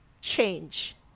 change